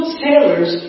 sailors